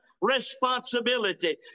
responsibility